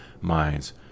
minds